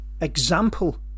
example